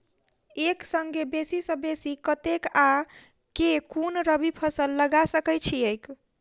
एक संगे बेसी सऽ बेसी कतेक आ केँ कुन रबी फसल लगा सकै छियैक?